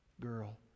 girl